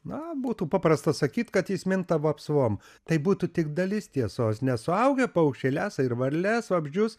na būtų paprasta sakyt kad jis minta vapsvom tai būtų tik dalis tiesos nes suaugę paukščiai lesa ir varles vabzdžius